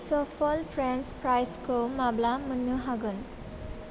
सफल फ्रेन्स फ्राइजखौ माब्ला मोन्नो हागोन